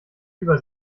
über